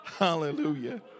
Hallelujah